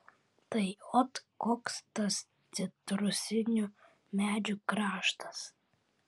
tai ot koks tas citrusinių medžių kraštas